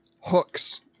hooks